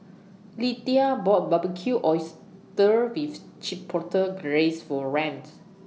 Lidie bought Barbecued Oysters with Chipotle Glaze For Rands